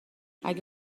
اگه